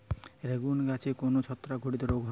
বেগুন গাছে কোন ছত্রাক ঘটিত রোগ হয়?